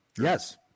Yes